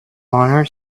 honor